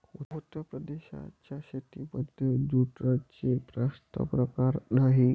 उत्तर प्रदेशाच्या शेतीमध्ये जूटचे जास्त प्रकार नाही